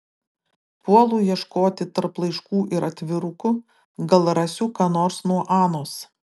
puolu ieškoti tarp laiškų ir atvirukų gal rasiu ką nors nuo anos